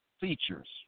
features